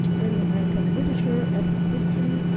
early american literature, ethnohistory,